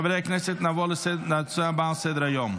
חברי הכנסת, נעבור לנושא הבא על סדר-היום.